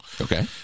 Okay